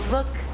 Look